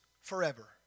forever